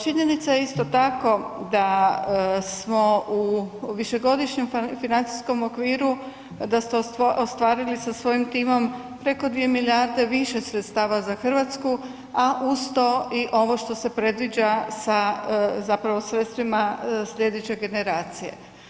Činjenica je isto tako da smo u višegodišnjem financijskom okviru da ste ostvarili sa svojim timom preko 2 milijarde više sredstava za Hrvatsku, a uz to i ovo što se predviđa sa zapravo sredstvima slijedeće generacije.